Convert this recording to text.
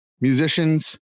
musicians